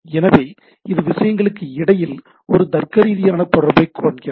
எனவே இது விஷயங்களுக்கு இடையில் ஒரு தர்க்கரீதியான தொடர்பைக் காண்கிறது